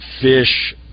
fish